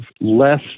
less